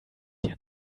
dir